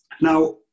Now